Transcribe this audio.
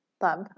love